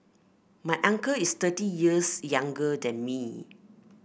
my uncle is thirty years younger than me